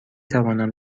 توانم